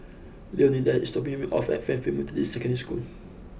Leonidas is dropping me off at Fairfield Methodist Secondary School